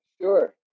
sure